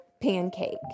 pancake